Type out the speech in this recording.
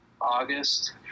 August